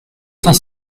cent